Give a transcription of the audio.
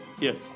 Yes